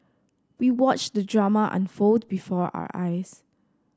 we watched the drama unfold before our eyes